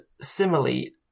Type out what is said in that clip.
similarly